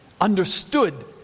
Understood